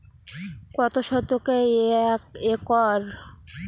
কত শতকে এক একর?